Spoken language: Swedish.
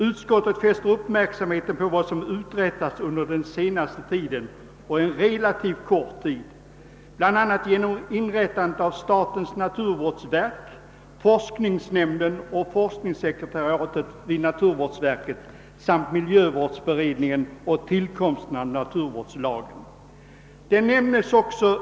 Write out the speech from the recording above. Utskottet fäster uppmärksamheten på vad som uträttats under den senaste tiden — en relativt kort tid — bl.a. genom inrättandet av statens naturvårdsverk, forskningsnämnden och forskningssekretariatet vid naturvårdsverket samt miljövårdsberedningen och genom tillkomsten av naturvårdslagen.